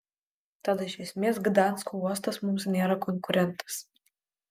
tad iš esmės gdansko uostas mums nėra konkurentas